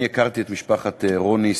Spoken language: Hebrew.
אני הכרתי את משפחת רוניס.